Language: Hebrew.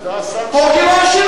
אתה השר שלה.